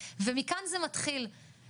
אז הוא מגיע בלילה ובלילה הוא לא נרדם.